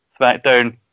SmackDown